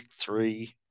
three